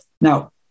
Now